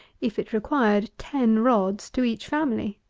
if it required ten rods to each family?